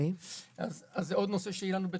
זה עוד נושא שיהיה לנו.